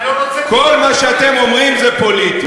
אני לא רוצה, כל מה שאתם אומרים זה פוליטי.